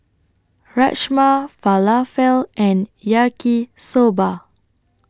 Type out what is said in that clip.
Rajma Falafel and Yaki Soba